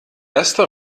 erste